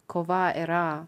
kova yra